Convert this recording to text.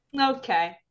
Okay